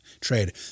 trade